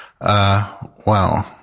Wow